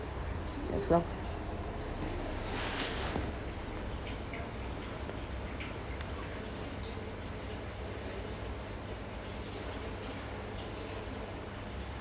yourself